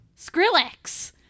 Skrillex